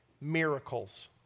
miracles